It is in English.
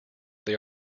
they